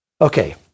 Okay